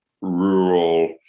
rural